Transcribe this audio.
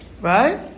right